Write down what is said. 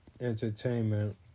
Entertainment